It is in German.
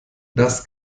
das